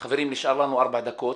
חברים, נשאר לנו ארבע דקות.